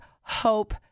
hope